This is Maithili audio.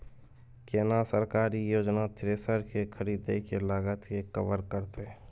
केना सरकारी योजना थ्रेसर के खरीदय के लागत के कवर करतय?